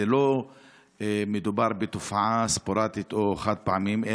לא מדובר בתופעה ספורדית או חד-פעמית,